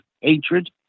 hatred